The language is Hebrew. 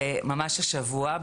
ממש השבוע,